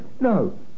No